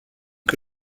que